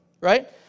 Right